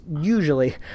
usually –